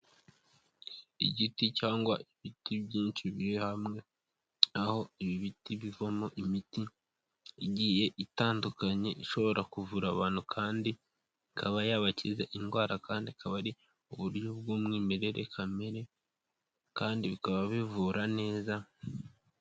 Igiti cyangwa ibiti byinshi biri hamwe, aho ibi biti bivamo imiti igiye itandukanye ishobora kuvura abantu kandi ikaba yabakiza indwara kandi ikaba ari uburyo bw'umwimerere kamere kandi bikaba bivura neza.